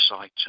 site